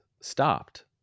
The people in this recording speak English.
stopped